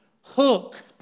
hook